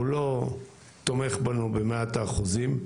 הוא לא תומך בנו במאת האחוזים,